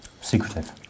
secretive